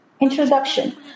introduction